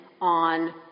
on